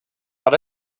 but